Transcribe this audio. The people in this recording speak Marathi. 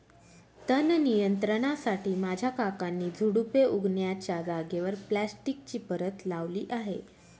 तण नियंत्रणासाठी माझ्या काकांनी झुडुपे उगण्याच्या जागेवर प्लास्टिकची परत लावली आहे